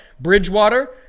Bridgewater